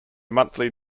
monthly